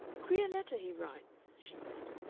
queer letters he writes, she said.